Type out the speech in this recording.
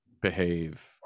behave